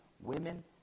women